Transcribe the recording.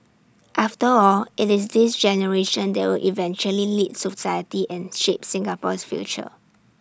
after all IT is this generation that will eventually lead society and shape Singapore's future